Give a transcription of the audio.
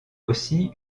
aussi